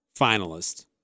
finalist